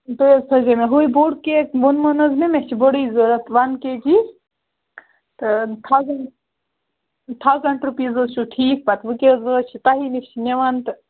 تُہۍ حظ تھٲوِزیٚو مےٚ ہُے بوٚڈ کیک ووٚنمَو نا حظ مےٚ چھُ بوٚڈُے ضروٗرت وَن کے جی تہٕ تھاوزنٛٹ تھاوزنٛٹ رۄپیٖس حظ چھُو ٹھیٖک پتہٕ وۅنۍ کیٛاہ حظ وۅنۍ حظ چھُ تُہی نِش نِوان تہٕ